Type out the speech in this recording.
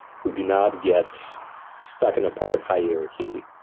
who do not get stuck in a part of hierarchy,